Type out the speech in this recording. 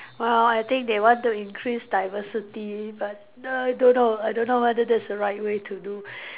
well I think they want to increase diversity but I don't know I don't know whether that's the right way to do